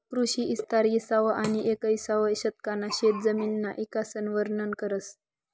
कृषी इस्तार इसावं आनी येकविसावं शतकना शेतजमिनना इकासन वरनन करस